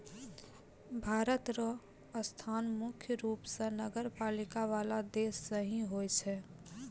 भारत र स्थान मुख्य रूप स नगरपालिका वाला देश मे ही होय छै